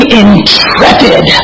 intrepid